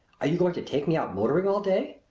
are you going to take me out motoring all day?